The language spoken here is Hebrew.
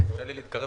אני אנסה.